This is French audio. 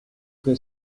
que